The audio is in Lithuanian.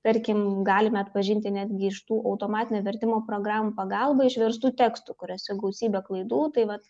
tarkim galime atpažinti netgi iš tų automatinio vertimo programų pagalba išverstų tekstų kuriuose gausybė klaidų tai vat